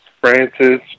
Francis